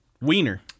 Wiener